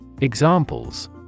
Examples